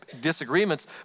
disagreements